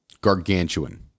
Gargantuan